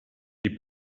die